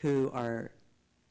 who are